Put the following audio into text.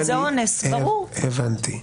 הבנתי.